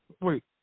Wait